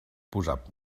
posat